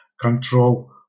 control